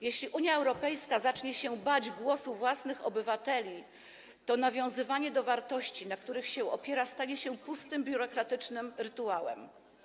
Jeśli Unia Europejska zacznie się bać głosu własnych obywateli, to nawiązywanie do wartości, na których się opiera, stanie się pustym, biurokratycznym rytuałem.